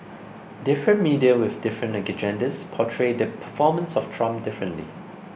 different media with different agendas portray the performance of Trump differently